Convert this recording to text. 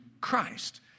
Christ